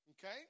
okay